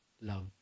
love